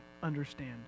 understand